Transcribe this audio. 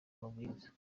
mabwiriza